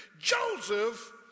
Joseph